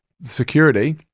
security